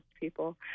people